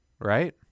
right